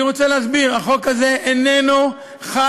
אני רוצה להסביר: החוק הזה איננו חל,